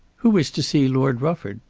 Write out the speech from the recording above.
who is to see lord rufford?